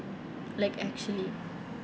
like actually